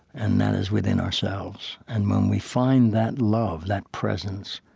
and that is within ourselves. and when we find that love, that presence,